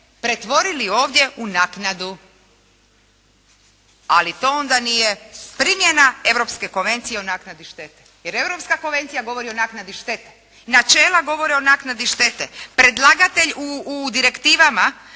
pretvorili ovdje u naknadu. Ali to onda nije primjena Europske konvencije o naknadi štete. Jer Europska konvencija govori o naknadi štete. Načela govore o naknadi štete. Predlagatelj u direktivama